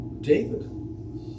David